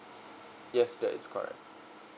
yes that is correct